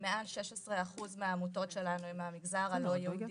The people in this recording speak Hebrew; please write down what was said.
מעל 16% מהעמותות שלנו הן מהמגזר הלא יהודי.